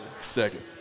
Second